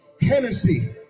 Hennessy